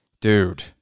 Dude